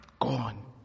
Gone